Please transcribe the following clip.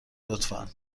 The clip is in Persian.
لطفا